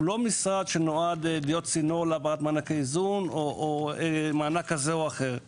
הוא לא משרד שנועד להיות צינור להעברת מענקי איזון או מענק כזה או אחר;